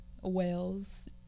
Wales